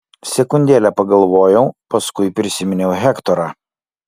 sekundėlę pagalvojau paskui prisiminiau hektorą